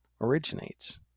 originates